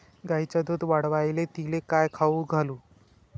गायीचं दुध वाढवायले तिले काय खाऊ घालू?